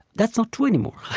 that's not true anymore,